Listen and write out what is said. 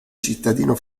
cittadino